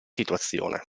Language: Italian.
situazione